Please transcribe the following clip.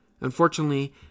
Unfortunately